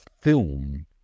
film